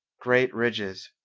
great ridges,